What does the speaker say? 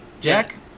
Jack